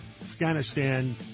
afghanistan